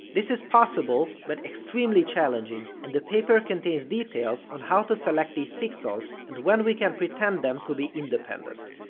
this is possible, but extremely challenging, and the paper contains details on how to select these pixels and when we can pretend them to be independent.